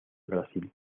brasil